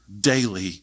daily